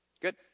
Good